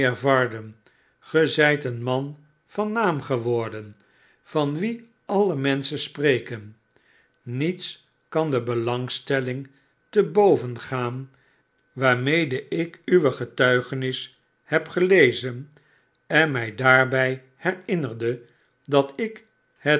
varden gezijt een man van naam geworden van wien alle menschen spreken niets kan de belangstelling te boven gaan waarmede ik uwe getuigenis heb gelezen en mij daarbij herinnerde dat ik het